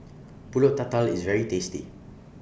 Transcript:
Pulut Tatal IS very tasty